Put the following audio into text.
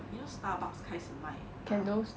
you know starbucks 开始卖 err